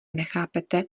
nechápete